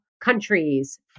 countries